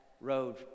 road